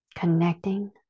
Connecting